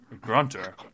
Grunter